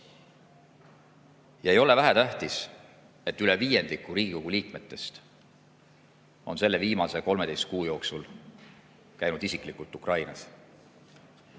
Ja ei ole vähetähtis, et üle viiendiku Riigikogu liikmetest on selle viimase 13 kuu jooksul käinud isiklikult Ukrainas.